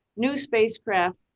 new spacecraft,